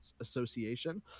Association